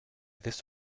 this